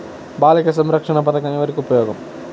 బాలిక సంరక్షణ పథకం ఎవరికి ఉపయోగము?